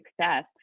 success